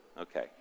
Okay